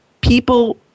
people